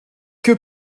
que